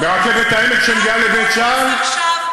תירגע עם התשבחות העצמיות,